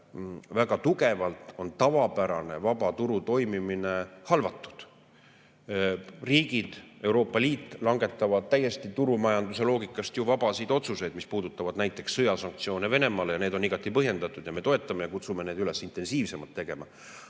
väga tugevalt tavapärane vaba turu toimimine halvatud. Riigid ja Euroopa Liit langetavad täiesti turumajanduse loogikast vabasid otsuseid, mis puudutavad näiteks sõjasanktsioone Venemaa vastu. Need on igati põhjendatud ja me toetame neid ning kutsume üles neid intensiivsemalt tegema.